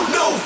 no